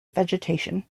vegetation